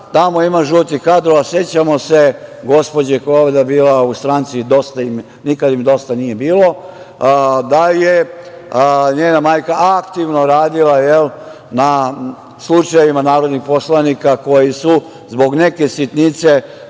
Tamo ima žutih kadrova. Sećamo se gospođe koja je bila u stranci nikada im dosta nije bilo, da je njena majka aktivno radila na slučajevima narodnih poslanika koji su zbog neke sitnice